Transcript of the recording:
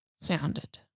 sounded